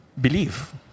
Believe